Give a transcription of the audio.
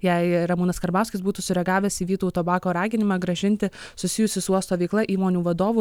jei ramūnas karbauskis būtų sureagavęs į vytauto bako raginimą grąžinti susijusių su uosto veikla įmonių vadovų